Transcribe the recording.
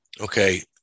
okay